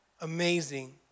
amazing